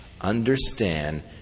understand